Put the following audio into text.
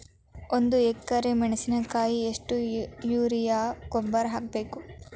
ಒಂದು ಎಕ್ರೆ ಮೆಣಸಿನಕಾಯಿಗೆ ಎಷ್ಟು ಯೂರಿಯಾ ಗೊಬ್ಬರ ಹಾಕ್ಬೇಕು?